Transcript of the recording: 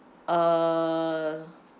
uh